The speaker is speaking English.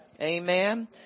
Amen